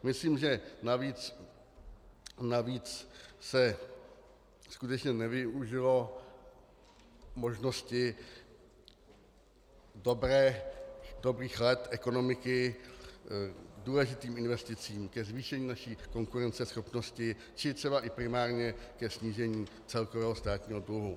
Myslím, že navíc se skutečně nevyužilo možnosti dobrých let ekonomiky k důležitým investicím, ke zvýšení naší konkurenceschopnosti či třeba i primárně ke snížení celkového státního dluhu.